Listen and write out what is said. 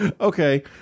Okay